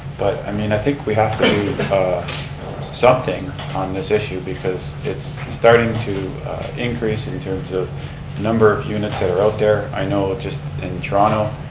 but, i mean i think we have to do something on this issue, because it's starting to increase in terms of number of units that are out there. i know, just in toronto,